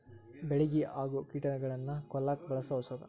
ಬೆಳಿಗೆ ಆಗು ಕೇಟಾನುಗಳನ್ನ ಕೊಲ್ಲಾಕ ಬಳಸು ಔಷದ